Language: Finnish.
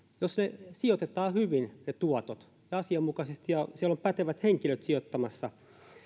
jos tuotot sijoitetaan hyvin ja asianmukaisesti ja siellä on pätevät henkilöt sijoittamassa